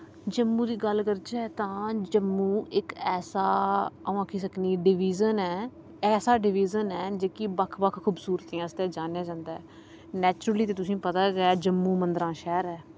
जम्मू दी गल्ल करचै तां जम्मू इक ऐसा आ'ऊं आक्खी सकनी की इक डवीजन ऐ ऐसा डवीजन ऐ जेह्की बक्ख बक्ख खूबसूरतियें आस्तै जानेआ जंदा ऐ नैचुरली ते तुसें पता गै जम्मू मंदरा शैह्र ऐ